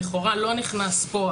שלכאורה לא נכנס לפה,